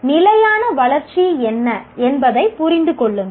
நிலையான வளர்ச்சி என்ன என்பதை புரிந்து கொள்ளுங்கள்